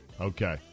Okay